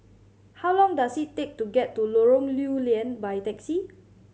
how long does it take to get to Lorong Lew Lian by taxi